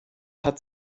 hat